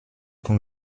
con